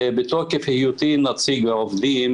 בתוקף היותי נציג העובדים,